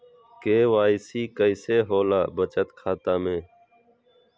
KYC कैसे होला बचत खाता में?